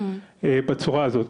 בצורה הזאת.